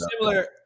similar